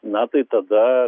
na tai tada